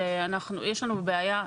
שיש לנו בעיה,